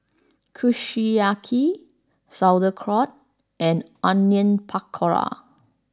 Kushiyaki Sauerkraut and Onion Pakora